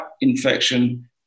infection